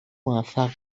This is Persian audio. موفق